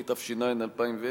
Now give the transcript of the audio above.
התש"ע 2010,